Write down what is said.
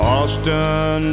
Austin